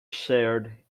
shared